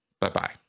Bye-bye